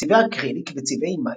צבעי אקריליק וצבעי מים,